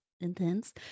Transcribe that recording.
intense